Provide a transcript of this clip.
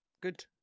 Good